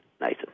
Nathan